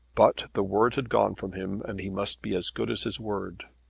but the word had gone from him and he must be as good as his word.